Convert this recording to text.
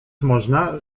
można